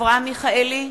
אברהם מיכאלי,